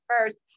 first